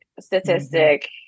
statistic